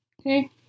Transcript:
Okay